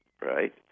right